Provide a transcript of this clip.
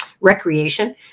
recreation